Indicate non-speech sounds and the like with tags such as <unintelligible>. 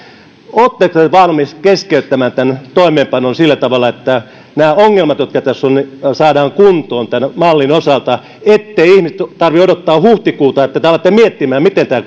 oletteko te valmis keskeyttämään tämän toimeenpanon jotta nämä ongelmat jotka tässä on saadaan kuntoon tämän mallin osalta ettei ihmisten tarvitse odottaa huhtikuuta että te te alatte miettimään miten tämä <unintelligible>